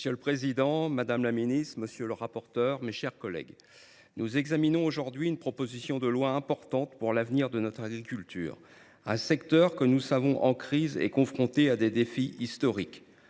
Monsieur le président, madame la ministre, mes chers collègues, nous examinons aujourd’hui une proposition de loi importante pour l’avenir de notre agriculture, un secteur que nous savons en crise et confronté à des défis historiques.